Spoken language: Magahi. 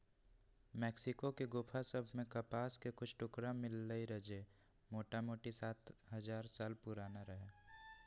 मेक्सिको के गोफा सभ में कपास के कुछ टुकरा मिललइ र जे मोटामोटी सात हजार साल पुरान रहै